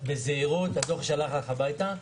הדוח שלך הלך הביתה,